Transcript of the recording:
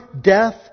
death